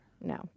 No